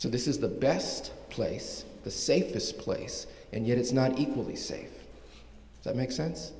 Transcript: so this is the best place the safest place and yet it's not equally say that makes sense